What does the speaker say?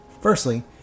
Firstly